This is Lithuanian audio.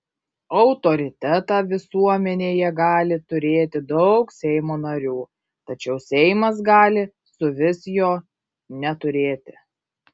autoritetą visuomenėje gali turėti daug seimo narių tačiau seimas gali suvis jo neturėti